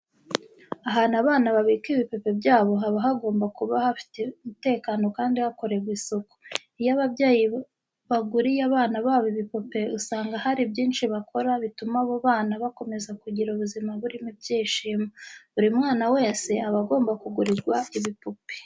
Ahantu abana babika ibipupe byabo haba hagomba kuba hafite umutekano kandi hakorerwa amasuku. Iyo ababyeyi baguriye abana babo ibipupe usanga hari byinshi bakora bituma abo bana bakomeze kugira ubuzima burimo ibyishimo. Buri mwana wese aba agomba kugurirwa ibipupe.